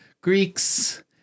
Greeks